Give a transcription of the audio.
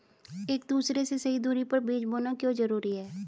एक दूसरे से सही दूरी पर बीज बोना क्यों जरूरी है?